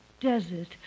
desert